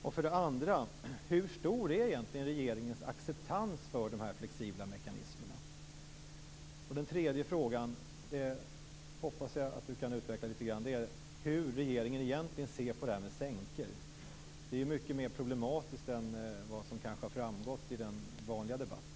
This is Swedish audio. Den andra frågan är: Hur stor är egentligen regeringens acceptans för de flexibla mekanismerna? Vad gäller den tredje frågan hoppas jag att ministern kan utveckla svaret lite grann. Hur ser regeringen egentligen på det här med sänkor? Det är ju mycket mer problematiskt än vad som kanske har framgått i den vanliga debatten.